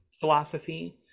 philosophy